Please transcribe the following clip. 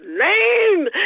name